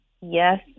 yes